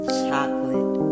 chocolate